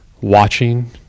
watching